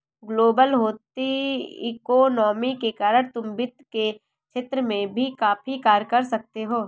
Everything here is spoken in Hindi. ग्लोबल होती इकोनॉमी के कारण तुम वित्त के क्षेत्र में भी काफी कार्य कर सकते हो